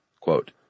quote